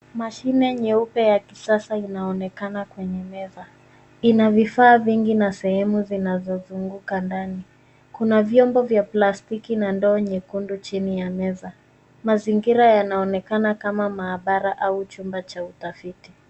Mashine nyeupe ya kisasa inaonekana kwenye meza. Ina vifaa vingi na sehemu zinazozunguka ndani. Kuna vyombo vya plastiki na ndoo nyekundu chini ya meza. Mazingira yanaonekana kama maabara au chumba cha utafiti.